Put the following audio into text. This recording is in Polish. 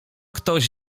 ktoś